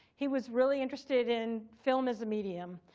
he was really interested in film as a medium.